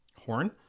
horn